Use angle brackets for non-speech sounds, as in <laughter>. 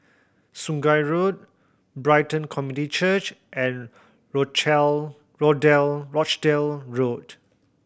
Sungei Road Brighton Community Church and <unintelligible> Rochdale Road